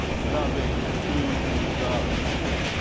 loving, to the core.